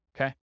okay